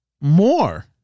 more